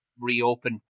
reopen